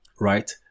right